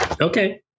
Okay